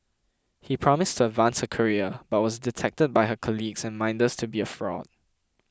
he promised to advance her career but was detected by her colleagues and minders to be a fraud